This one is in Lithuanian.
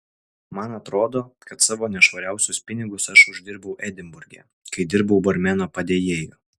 man atrodo kad savo nešvariausius pinigus aš uždirbau edinburge kai dirbau barmeno padėjėju